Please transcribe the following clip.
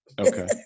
Okay